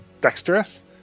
dexterous